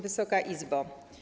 Wysoka Izbo!